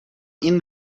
این